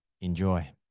Enjoy